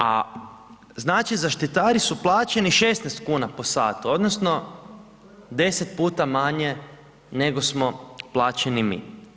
A znači, zaštitari su plaćeni 16 kn po satu, odnosno, 10 puta manje, nego smo plaćeni mi.